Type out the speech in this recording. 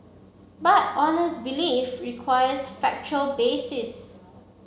but honest belief requires factual basis